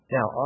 Now